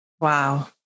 Wow